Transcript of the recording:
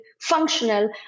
functional